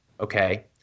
Okay